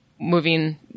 moving